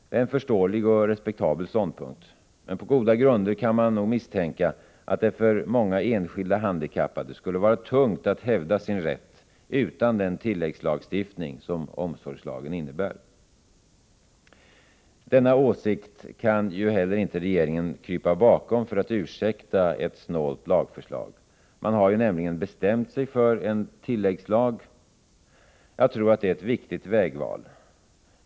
Det är en förståelig och respektabel ståndpunkt. Men på goda grunder kan man nog misstänka att det för många enskilda handikappade skulle vara tungt att hävda sin rätt utan den tilläggslagstiftning som omsorgslagen innebär. Denna åsikt kan heller inte regeringen krypa bakom för att ursäkta ett snålt lagförslag. Man har ju nämligen bestämt sig för en tilläggslag. Jag tror att det är ett riktigt vägval.